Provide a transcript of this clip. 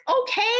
okay